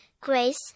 grace